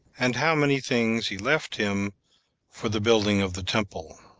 and how many things he left him for the building of the temple.